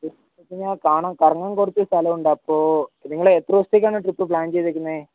പിന്നെ കാണാൻ കറങ്ങാൻ കുറച്ച് സ്ഥലമുണ്ട് അപ്പോൾ നിങ്ങൾ എത്ര ദിവസത്തേക്കാണ് ട്രിപ്പ് പ്ലാൻ ചെയ്തേക്കുന്നത്